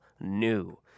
new